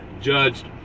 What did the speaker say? judged